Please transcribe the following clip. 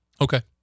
Okay